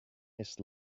his